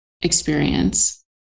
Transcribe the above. experience